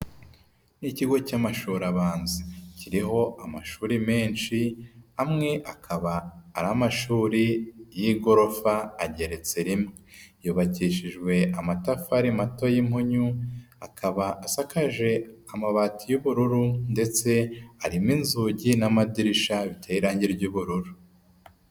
Ni ikigo cy'amashuri abanza, kiriho amashuri menshi amwe akaba ari amashuri y'igorofa ageretse rimwe, yubakishijwe amatafari mato y'impunyu, akaba asakaje amabati y'ubururu ndetse arimo inzugi n'amadirisha biteye irangi ry'ubururu.